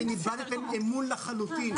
איבדתם אמון לחלוטין.